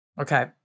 Okay